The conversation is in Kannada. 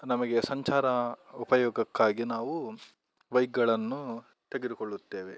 ನಮಗೆ ಸಂಚಾರ ಉಪಯೋಗಕ್ಕಾಗಿ ನಾವು ಬೈಕ್ಗಳನ್ನು ತೆಗೆದುಕೊಳ್ಳುತ್ತೇವೆ